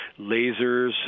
lasers